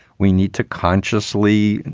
we need to consciously,